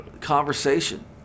conversation